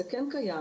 זה כן קיים.